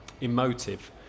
emotive